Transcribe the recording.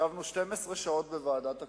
ישבנו 12 שעות בוועדת הכנסת.